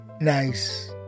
Nice